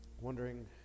wondering